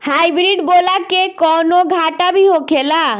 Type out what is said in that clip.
Hybrid बोला के कौनो घाटा भी होखेला?